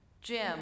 Jim